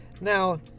Now